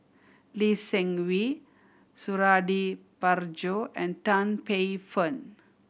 Lee Seng Wee Suradi Parjo and Tan Paey Fern